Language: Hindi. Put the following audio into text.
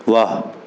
वाह